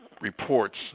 reports